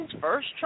first